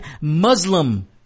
Muslim